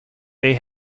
they